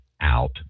out